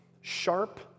sharp